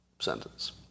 sentence